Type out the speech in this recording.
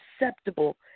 acceptable